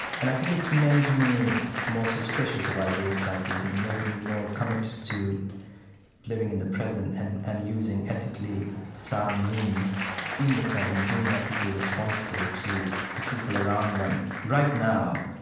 and i think it's made me more suspicious of ideas like these and made me more committed to living in the present and and using ethically sound means in the present, being ethically responsible to the people around one right now.